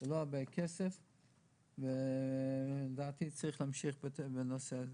זה לא הרבה כסף ולדעתי צריך להמשיך בנושא הזה.